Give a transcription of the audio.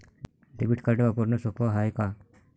Debit card वापरणं सोप हाय का?